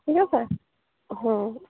ঠিক আছে হ্যাঁ